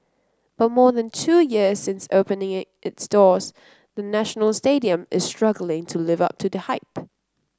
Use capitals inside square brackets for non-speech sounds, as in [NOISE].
but more than two years since opening [UNINTELLIGIBLE] its doors the National Stadium is struggling to live up to the hype